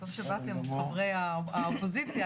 טוב שבאתם, חברי האופוזיציה.